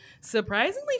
surprisingly